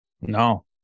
No